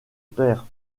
père